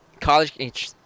college